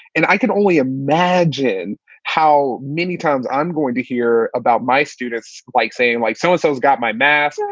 and i can only imagine how many times i'm going to hear about my students, like saying, like, so-and-so has got my mask.